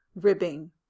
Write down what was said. ribbing